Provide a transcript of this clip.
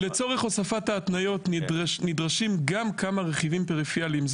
לצורך הוספת ההתניות נדרשים גם כמה רכיבים פריפריאליים.